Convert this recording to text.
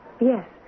Yes